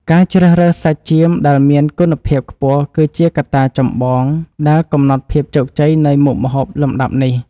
ការជ្រើសរើសសាច់ចៀមដែលមានគុណភាពខ្ពស់គឺជាកត្តាចម្បងដែលកំណត់ភាពជោគជ័យនៃមុខម្ហូបលំដាប់នេះ។